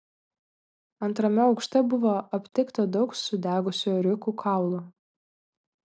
antrame aukšte buvo aptikta daug sudegusių ėriukų kaulų